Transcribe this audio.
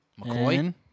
McCoy